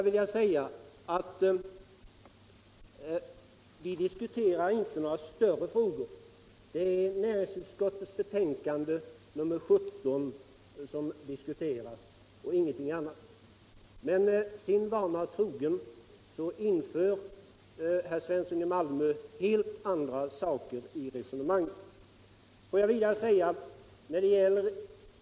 Vi debatterar inte några större frågor — näringsutskottets betänkande nr 17 och ingenting annat. Men sin vana trogen inför herr Svensson helt andra saker i resonemanget.